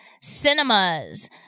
Cinemas